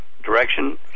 direction